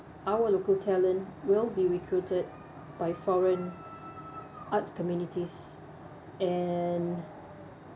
our local talent will be recruited by foreign arts communities and